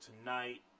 tonight